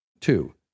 two